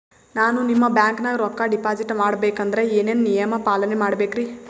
ನಾನು ನಿಮ್ಮ ಬ್ಯಾಂಕನಾಗ ರೊಕ್ಕಾ ಡಿಪಾಜಿಟ್ ಮಾಡ ಬೇಕಂದ್ರ ಏನೇನು ನಿಯಮ ಪಾಲನೇ ಮಾಡ್ಬೇಕ್ರಿ?